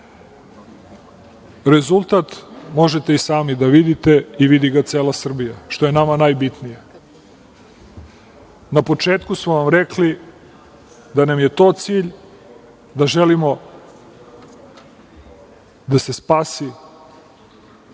Rezultat možete i sami da vidite i vidi ga cela Srbija, što je nama najbitnije. Na početku smo vam rekli da nam je to cilj - da želimo da se spasi